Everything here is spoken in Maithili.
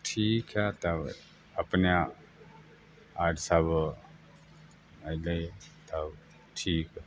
ठीक हइ तब अपने आओर सब अएली तब ठीक